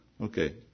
Okay